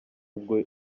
ubwo